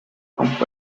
combined